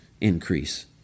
increase